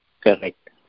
Correct